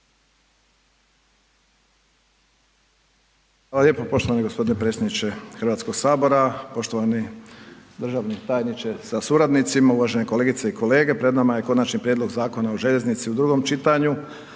Hvala lijepo poštovani gospodine predsjedniče Hrvatskog sabora, poštovani državni tajniče sa suradnicima, uvažene kolegice i kolege pred nama je Konačni prijedlog Zakona o željeznici u drugom čitanju,